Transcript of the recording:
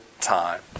time